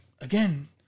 again